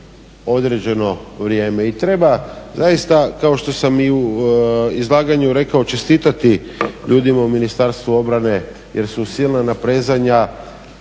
određeno vrijeme i treba zaista kao što sam i u izlaganju rekao čestitati ljudima u Ministarstvu obrane jer su silna naprezanja